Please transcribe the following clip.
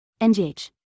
NGH